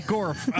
Gorf